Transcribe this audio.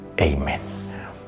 Amen